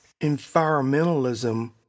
environmentalism